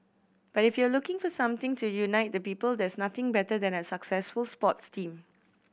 but if you're looking for something to unite the people there's nothing better than a successful sports team